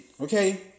Okay